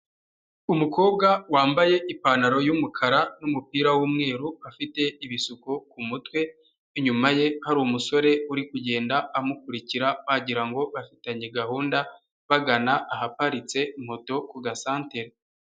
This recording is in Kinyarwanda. Umukobwa wambaye ipantaro y'umukara n'umupira w'umweru afite ibisuko ku mutwe, inyuma ye hari umusore uri kugenda amukurikira wagira ngo bafitanye gahunda bagana ahaparitse moto ku gasantere.